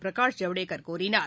பிரகாஷ் ஜவ்டேகர் கூறினார்